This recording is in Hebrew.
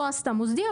לא עשתה מוסדי,